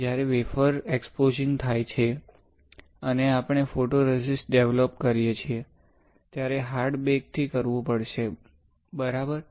જ્યારે wafer expose થાય છે અને આપણે ફોટોરેઝિસ્ટ ડેવલપ કરીએ છીએ ત્યારે હાર્ડ બેક થી કરવું પડશે બરાબર